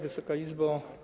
Wysoka Izbo!